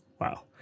Wow